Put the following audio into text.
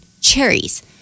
cherries